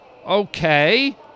Okay